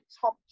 top